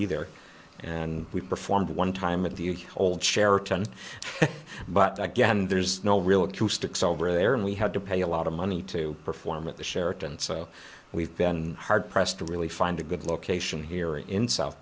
either and we performed one time at the old sheraton but again there's no real acoustics over there and we had to pay a lot of money to perform at the sheraton so we've been hard pressed to really find a good location here in south